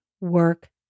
work